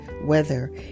weather